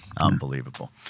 Unbelievable